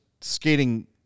skating